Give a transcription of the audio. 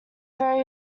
very